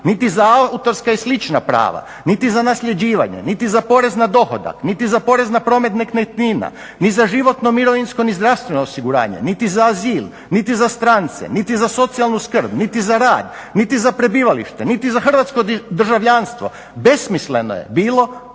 niti za autorska i slična prava, niti za nasljeđivanje, niti za porez na dohodak, niti za porez na promet nekretnina, ni za životno mirovinsko ni zdravstveno osiguranje, niti za azil, niti za strance, niti za socijalnu skrb, niti za rad, niti za prebivalište, niti za hrvatsko državljanstvo. Besmisleno je bilo